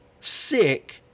sick